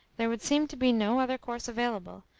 there would seem to be no other course available,